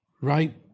Right